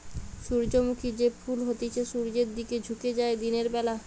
সূর্যমুখী যে ফুল হতিছে সূর্যের দিকে ঝুকে যায় দিনের বেলা